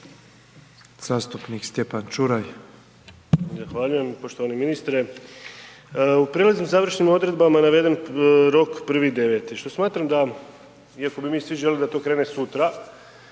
**Čuraj, Stjepan (HNS)** Zahvaljujem poštovani ministre. U prelaznim, završnim odredbama je naveden rok 1.9. što smatram da iako bi mi svi željeli da to krene sutra,